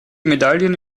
medaillen